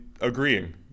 agreeing